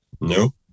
no